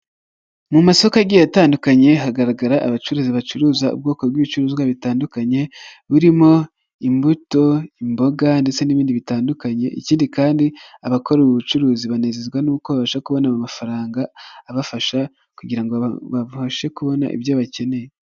Mu masoko agiye atandukanye hagaragara abacuruzi bacuruza ubwoko bw'ibicuruzwa bitandukanye burimo: imbuto, imboga ndetse n'ibindi bitandukanye. Ikindi kandi abakora ubu bucuruzi banezezwa nuko babasha kubona amafaranga abafasha kugira ngo babashe kubona ibyo bakeneye.